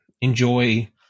enjoy